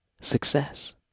Success